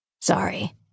Sorry